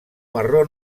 marró